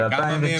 ב-2019,